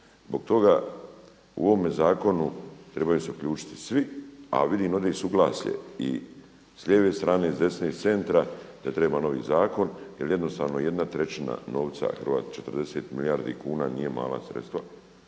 Zbog toga u ovome zakonu trebaju se uključiti svi a vidim ovdje i suglasje i s lijeve strane i s desne strane i s centra da treba novi zakon jer jednostavno jedna trećina novca, 40 milijardi kuna nije mala sredstva